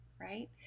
right